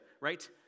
right